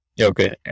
Okay